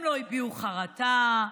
הם לא הביעו חרטה,